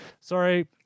sorry